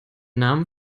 namen